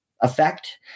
effect